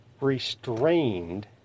restrained